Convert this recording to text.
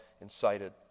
incited